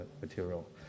material